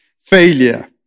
failure